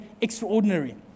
extraordinary